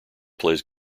plays